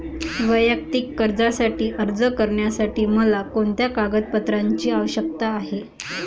वैयक्तिक कर्जासाठी अर्ज करण्यासाठी मला कोणत्या कागदपत्रांची आवश्यकता आहे?